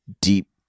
deep